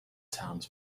towns